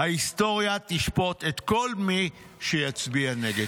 ההיסטוריה תשפוט את כל מי שיצביע נגד.